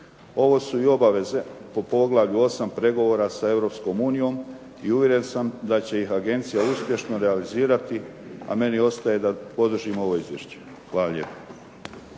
Ovo su i obaveze po Poglavlju 8. pregovora sa Europskom unijom i uvjeren sam da će ih agencija uspješno realizirati, a meni ostaje da podržim ovo izvješće. Hvala lijepo.